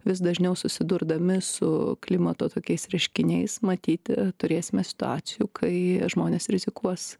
vis dažniau susidurdami su klimato tokiais reiškiniais matyt turėsime situacijų kai žmonės rizikuos